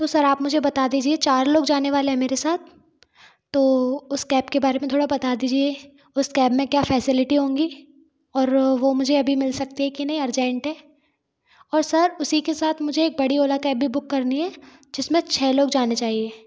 तो सर आप मुझे बता दीजिए चार लोग जाने वाले हैं मेरे साथ तो उस कैब के बारे में थोड़ा बता दीजिए उस कैब में क्या फैसिलिटी होंगी और वो मुझे अभी मिल सकती है कि नहीं अर्जेंट है और सर उसी के साथ मुझे एक बड़ी ओला कैब भी बुक करनी है जिसमें छ लोग जाने चाहिए